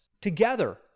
together